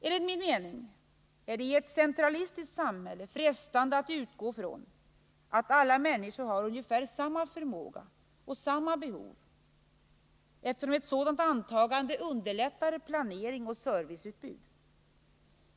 Enligt min mening är det i ett centralistiskt samhälle frestande att utgå från att alla människor har ungefär samma förmåga och samma behov, eftersom ett sådant antagande underlättar planering och serviceutbud.